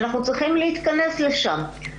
ואנחנו צריכים להתכנס לשם.